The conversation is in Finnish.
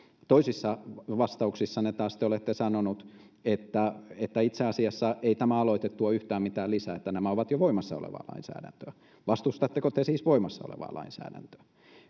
toisissa vastauksissanne taas te olette sanonut että että itse asiassa ei tämä aloite tuo yhtään mitään lisää että nämä ovat jo voimassa olevaa lainsäädäntöä vastustatteko te siis voimassa olevaa lainsäädäntöä